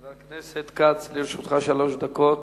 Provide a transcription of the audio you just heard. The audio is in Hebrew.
חבר הכנסת כץ, לרשותך שלוש דקות.